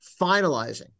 finalizing